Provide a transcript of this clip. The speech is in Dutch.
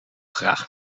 graag